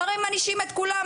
הרי מענישים את כולם,